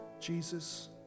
Jesus